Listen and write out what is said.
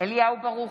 אליהו ברוכי,